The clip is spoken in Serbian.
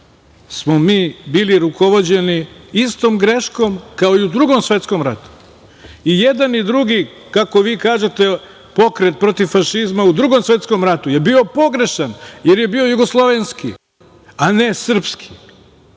smo mi bili rukovođeni istom greškom kao i u Drugom svetskom ratu. I jedan i drugi, kako vi kažete, pokret protiv fašizma u Drugom svetskom ratu je bio pogrešan jer je bio jugoslovenski, a ne srpski